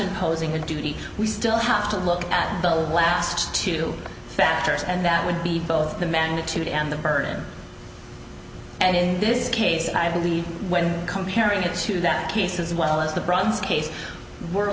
imposing a duty we still have to look at the last two factors and that would be both the magnitude and the burden and in this case i believe when comparing it to that case as well as the bronze case we're